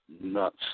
nuts